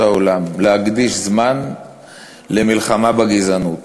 העולם: להקדיש זמן למלחמה בגזענות,